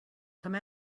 come